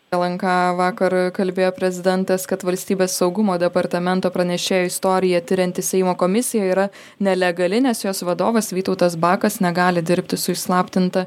lnk vakar kalbėjo prezidentas kad valstybės saugumo departamento pranešėjo istoriją tirianti seimo komisija yra nelegali nes jos vadovas vytautas bakas negali dirbti su įslaptinta